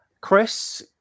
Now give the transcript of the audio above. Chris